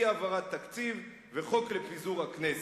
אי-העברת תקציב וחוק לפיזור הכנסת.